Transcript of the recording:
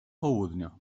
południa